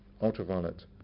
ultraviolet